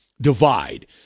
divide